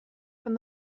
from